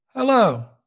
Hello